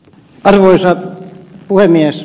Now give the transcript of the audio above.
arvoisa puhemies